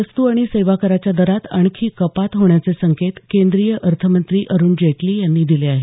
वस्तू आणि सेवा कराच्या दरात आणखी कपात होण्याचे संकेत केंद्रीय अर्थमंत्री अरुण जेटली यांनी दिले आहेत